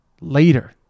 later